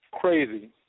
crazy